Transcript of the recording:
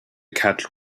catch